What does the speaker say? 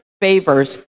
favors